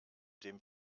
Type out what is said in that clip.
dem